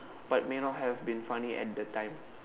but may not have been funny at the time